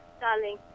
darling